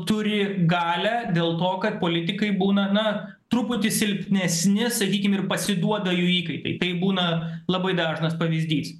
turi galią dėl to kad politikai būna na truputį silpnesni sakykim ir pasiduoda jų įkaitai tai būna labai dažnas pavyzdys